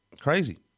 Crazy